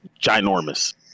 Ginormous